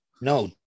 no